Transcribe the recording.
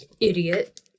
Idiot